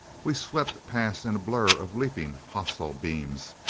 we swept past in a blur of leaping hostile beams.